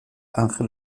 anjel